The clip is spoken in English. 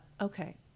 okay